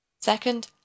Second